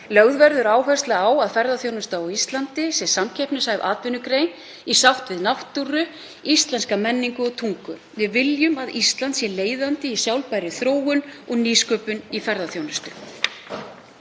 Lögð verður áhersla á að ferðaþjónusta á Íslandi sé samkeppnishæf atvinnugrein í sátt við náttúru, íslenska menningu og tungu. Við viljum að Ísland sé leiðandi í sjálfbærri þróun og nýsköpun í ferðaþjónustu.